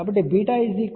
కాబట్టి βk 2 π λ